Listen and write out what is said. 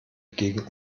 gegen